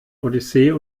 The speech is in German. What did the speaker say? odyssee